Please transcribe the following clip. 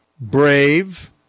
brave